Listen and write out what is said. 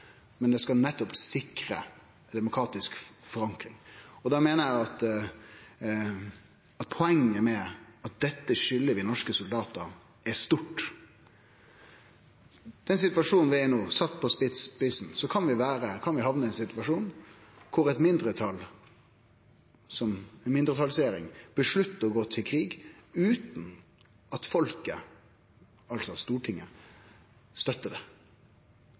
men ho skal nettopp sikre demokratisk forankring. Da meiner eg at poenget med at dette skylder vi norske soldatar, er stort. Til den situasjonen vi er i no: Sett på spissen kan vi hamne i ein situasjon der eit mindretal, som ei mindretalsregjering, avgjer å gå til krig utan at folket, altså Stortinget, støttar det.